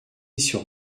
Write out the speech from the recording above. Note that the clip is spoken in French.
sur